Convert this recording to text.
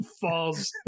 falls